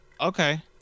Okay